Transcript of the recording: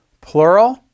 Plural